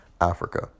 Africa